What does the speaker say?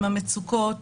עם המצוקות,